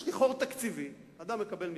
יש לי חור תקציבי, אדם מקבל משרד,